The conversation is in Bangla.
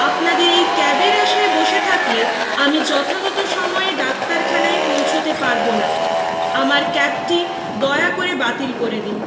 আপনাদের এই ক্যাবের আশায় বসে থাকলে আমি যথাযথ সময়ে ডাক্তারখানায় পৌঁছতে পারবো না আমার ক্যাবটি দয়া করে বাতিল করে দিন